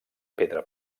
pedra